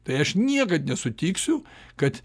tai aš niekad nesutiksiu kad